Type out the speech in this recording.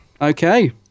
Okay